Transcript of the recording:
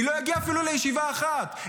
היא לא הגיעה אפילו לישיבה אחת.